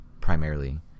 primarily